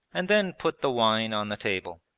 and then put the wine on the table.